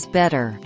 better